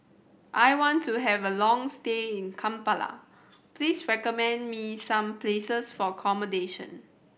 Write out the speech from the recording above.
I want to have a long stay in Kampala please recommend me some places for accommodation